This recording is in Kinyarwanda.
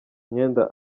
mwenda